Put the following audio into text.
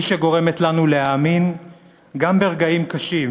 היא שגורמת לנו להאמין גם ברגעים קשים